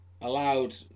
allowed